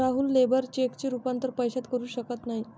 Rahul labour चेकचे रूपांतर पैशात करू शकत नाही